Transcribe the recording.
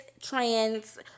trans